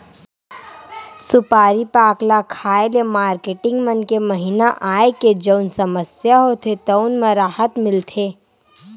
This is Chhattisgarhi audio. सुपारी पाक ल खाए ले मारकेटिंग मन के महिना आए के जउन समस्या होथे तउन म राहत मिलथे